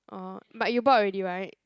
orh but you bought already [right]